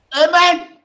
Amen